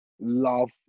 love